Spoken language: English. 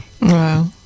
Wow